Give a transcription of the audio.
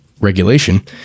regulation